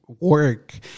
work